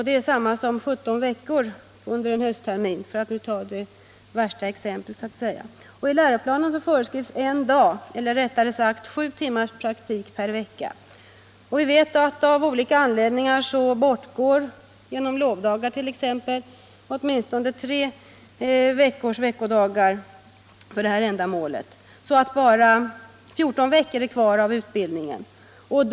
Det är detsamma som 17 veckor under hösttermin — för att nu ta det värsta exemplet, så att säga. I läroplanen föreskrivs en dags, eller rättare sagt sju timmars, praktik per vecka. Vi vet att av olika anledningar —t.ex. genom lovdagar — åtminstone tre veckors veckodagar bortgår för det ändamålet, så att bara 14 veckor av utbildningen återstår.